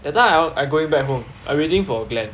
that time orh I going back home I waiting for glen